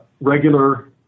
regular